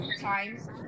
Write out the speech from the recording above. times